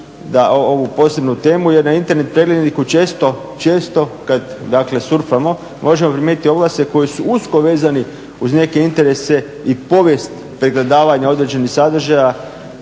da ovu posebnu temu jer na Internet pregledniku često kad surfamo možemo primijetiti ovlasti koje su usko vezani uz neke interese i povijest pregledavanja određenih sadržaja